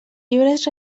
llibres